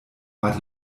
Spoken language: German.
war